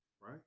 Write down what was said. Right